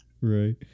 Right